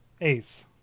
ace